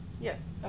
Yes